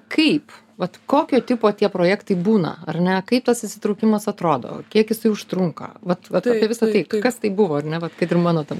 kaip vat kokio tipo tie projektai būna ar ne kaip tas įsitraukimas atrodo kiek jisai užtrunka vat vat apie visa tai kas tai buvo ar ne vat kad ir mano tam